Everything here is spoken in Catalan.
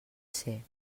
ser